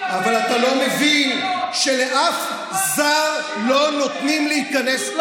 אבל אתה לא מבין שלאף זר לא נותנים להיכנס,